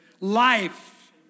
Life